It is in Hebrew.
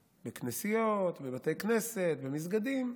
בכנסיות, בבתי כנסת ובמסגדים,